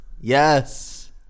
Yes